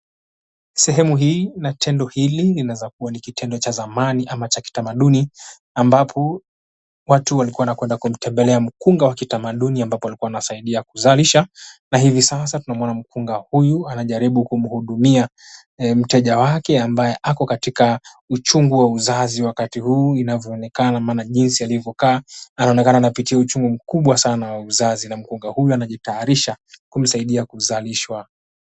Sehemu hii na tendo hili linaweza kuwa ni kitendo cha zamani ama cha kitamaduni ambapo watu walikuwa wanakwenda kumtembelea mkunga wa kitamaduni ambapo walikuwa wanasaidia kuzalisha na hivi sasa tunamuona mkunga huyu anajaribu kumhudumia mteja wake ambaye ako katika uchungu wa uzazi wakati huu inavyoonekana maana jinsi alivyokaa anaonekana anapitia uchungu mkubwa sana wa uzazi na mkunga huyu anajitayarisha kumsaidia kuzalishwa.